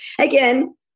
again